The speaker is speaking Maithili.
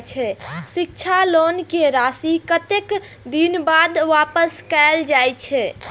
शिक्षा लोन के राशी कतेक दिन बाद वापस कायल जाय छै?